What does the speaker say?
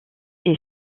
est